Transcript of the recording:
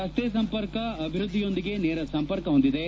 ರಸ್ತೆ ಸಂಪರ್ಕ ಅಭಿವೃದ್ದಿಯೊಂದಿಗೆ ನೇರ ಸಂಪರ್ಕ ಹೊಂದಿದೆ